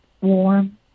warm